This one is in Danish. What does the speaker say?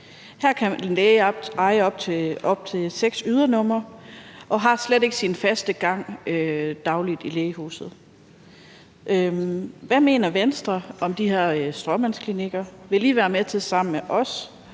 Her kan en læge eje op til seks ydernumre, og vedkommende har slet ikke sin faste gang dagligt i lægehuset. Hvad mener Venstre om de her stråmandsklinikker? Vil I være med til sammen med os